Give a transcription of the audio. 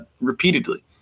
repeatedly